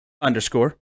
Underscore